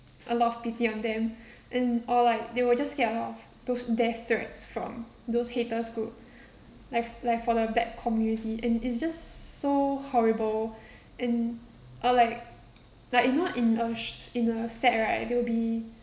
a lot of pity on them and or like they will just get a lot of those death threats from those haters who like like for the black community and it's just so horrible and or like like you know in a sh~ in the set right there will be